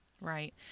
Right